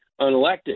unelected